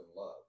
Love